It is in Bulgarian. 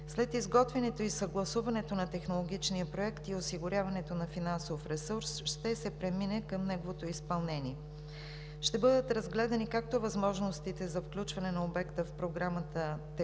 След изготвянето и съгласуването на технологичния проект и осигуряването на финансов ресурс, ще се премине към неговото изпълнение, ще бъдат разгледани както възможностите за включване на обекта в програмата за